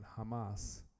Hamas